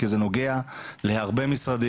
כי זה נוגע להרבה משרדים.